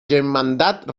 germandat